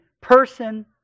person